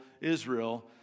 Israel